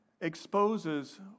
exposes